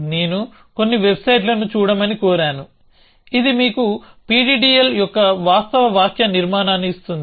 నేను కొన్ని వెబ్సైట్లను చూడమని కోరాను ఇది మీకు PDDL యొక్క వాస్తవ వాక్యనిర్మాణాన్ని ఇస్తుంది